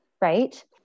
right